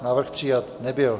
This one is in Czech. Návrh přijat nebyl.